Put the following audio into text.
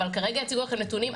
אבל כרגע הציגו לכם נתונים.